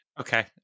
Okay